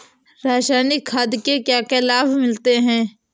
रसायनिक खाद के क्या क्या लाभ मिलते हैं?